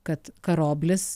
kad karoblis